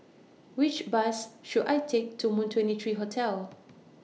Which Bus should I Take to Moon twenty three Hotel